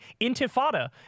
intifada